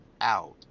out